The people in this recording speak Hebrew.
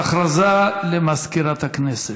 הודעה למזכירת הכנסת.